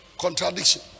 contradiction